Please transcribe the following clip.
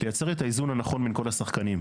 לייצר תא האיזון הנכון בין כל השחקנים.